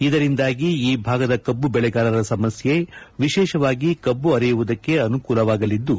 ಇದರಿಂದಾಗಿ ಈ ಭಾಗದ ಕಬ್ಬು ಬೆಳೆಗಾರರ ಸಮಸ್ಕೆ ವಿಶೇಷವಾಗಿ ಕಬ್ಬು ಆರೆಯುವುದಕ್ಕೆ ಅನುಕೂಲವಾಗಲಿದ್ದು